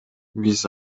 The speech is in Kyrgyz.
биз